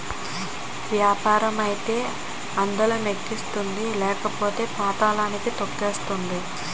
యాపారం అయితే అందలం ఎక్కిస్తుంది లేకపోతే పాతళానికి తొక్కేతాది